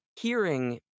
hearing